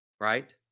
right